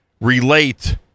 relate